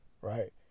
Right